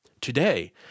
Today